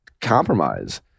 compromise